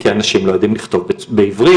כי אנשים לא יודעים לכתוב בעברית,